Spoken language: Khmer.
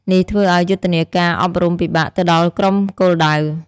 នេះធ្វើឱ្យយុទ្ធនាការអប់រំពិបាកទៅដល់ក្រុមគោលដៅ។